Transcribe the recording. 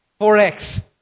4X